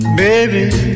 baby